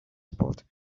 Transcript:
spot